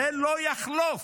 זה לא יחלוף.